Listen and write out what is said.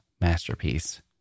masterpiece